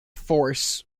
force